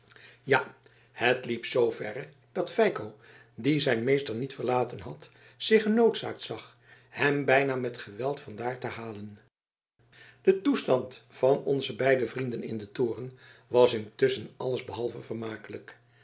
ja het liep zooverre dat feiko die zijn meester niet verlaten had zich genoodzaakt zag hem bijna met geweld van daar te halen de toestand van onze beide vrienden in den toren was intusschen alles behalve vermakelijk